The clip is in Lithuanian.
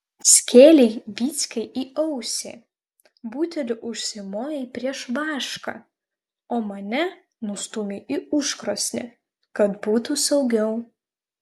skėlei vyckai į ausį buteliu užsimojai prieš vašką o mane nustūmei į užkrosnį kad būtų saugiau